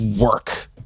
work